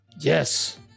Yes